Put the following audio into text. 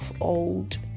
old